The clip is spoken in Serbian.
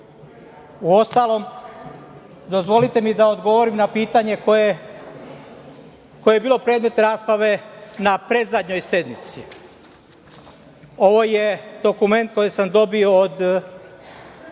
pitanje. Uostalom, dozvolite mi da odgovorim na pitanje koje je bilo predmet rasprave na predzadnjoj sednici. Ovo je dokument koji sam dobio od